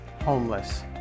homeless